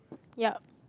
ya